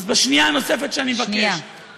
אז בשנייה הנוספת שאני מבקש, שנייה.